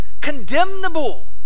Condemnable